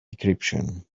decryption